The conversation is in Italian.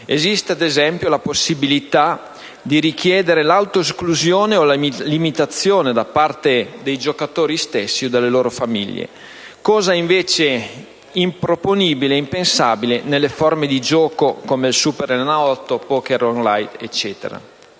Esiste ad esempio la possibilità di richiedere l'autoesclusione o la limitazione da parte dei giocatori stessi o delle loro famiglie dalle case da gioco, cosa invece improponibile e impensabile nelle forme di gioco come il Superenalotto, il *poker online* e così